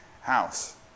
house